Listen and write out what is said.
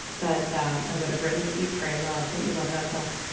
but i would have written eat, pray, love don't you love that book?